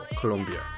Colombia